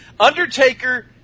Undertaker